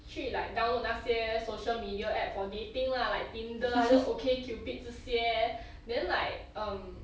去 like download 那些 social media app for dating lah like tinder either okcupid 这些 then like um